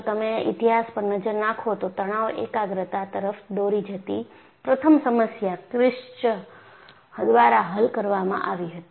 જો તમે ઇતિહાસ પર નજર નાખો તો તણાવ એકાગ્રતા તરફ દોરી જતી પ્રથમ સમસ્યા કિર્શચ દ્વારા હલ કરવામાં આવી હતી